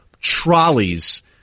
trolleys